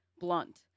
blunt